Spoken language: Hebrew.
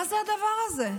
מה זה הדבר הזה?